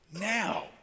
now